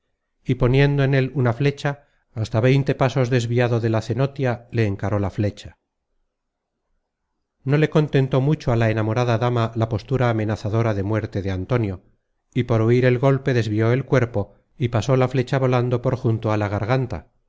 y poniendo en él una fecha hasta veinte pasos desviado de la cenotia le encaró la fecha content from google book search generated at no le contentó mucho á la enamorada dama la postura amenazadora de muerte de antonio y por huir el golpe desvió el cuerpo y pasó la flecha volando por junto á la